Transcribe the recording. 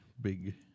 big